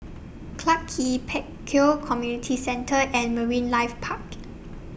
Clarke Quay Pek Kio Community Centre and Marine Life Park